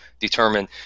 determine